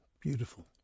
Beautiful